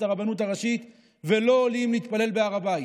הרבנות הראשית ולא עולים להתפלל בהר הבית,